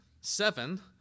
seven